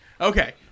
Okay